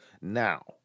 Now